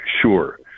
sure